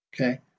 okay